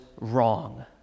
wrong